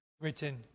written